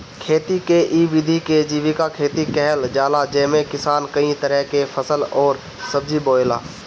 खेती के इ विधि के जीविका खेती कहल जाला जेमे किसान कई तरह के फसल अउरी सब्जी बोएला